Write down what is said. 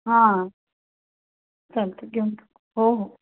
हा चालतं घेऊन टाकू हो हो